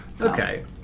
Okay